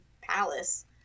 Palace